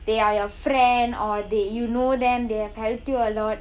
they are your friend or they you know them they have helped you a lot